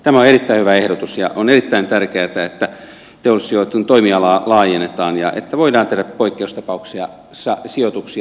tämä on erittäin hyvä ehdotus ja on erittäin tärkeätä että teollisuussijoituksen toimialaa laajennetaan ja että voidaan tehdä poikkeustapauksissa sijoituksia